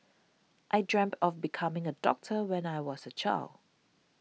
I dreamt of becoming a doctor when I was a child